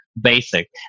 basic